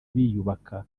biyubaka